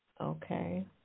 Okay